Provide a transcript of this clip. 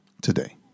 today